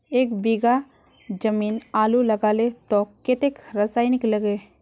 एक बीघा जमीन आलू लगाले तो कतेक रासायनिक लगे?